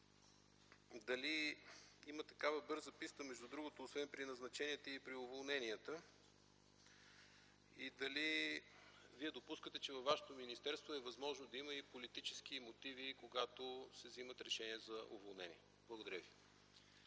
ли такава бърза писта, между другото, освен при назначенията, и при уволненията? Допускате ли, че във вашето министерство е възможно да има и политически мотиви, когато се взимат решения за уволнения? Благодаря ви.